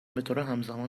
بطورهمزمان